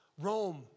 Rome